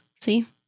See